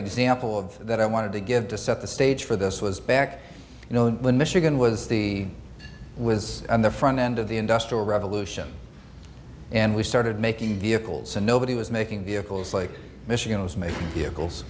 example of that i wanted to give to set the stage for this was back when michigan was the was and the front end of the industrial revolution and we started making vehicles and nobody was making vehicles like michigan was made goals